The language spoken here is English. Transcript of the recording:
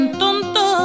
tonto